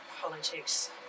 politics